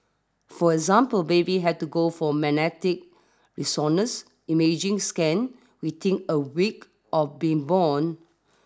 for example babies had to go for magnetic resonance imaging scan within a week of being born